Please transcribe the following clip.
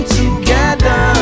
together